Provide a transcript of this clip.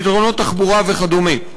פתרונות תחבורה וכדומה.